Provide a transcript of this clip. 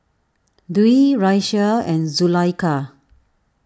Dwi Raisya and Zulaikha